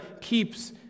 keeps